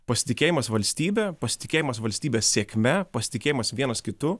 pasitikėjimas valstybe pasitikėjimas valstybės sėkme pasitikėjimas vienas kitu